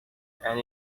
and